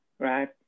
right